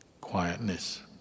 quietness